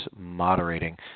moderating